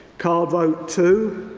card vote two.